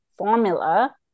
formula